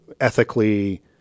ethically